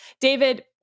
David